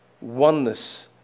oneness